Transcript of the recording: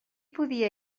podia